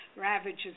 ravages